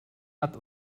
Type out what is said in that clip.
hat